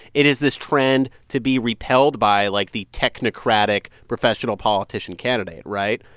it is this trend to be repelled by, like, the technocratic, professional politician candidate, right?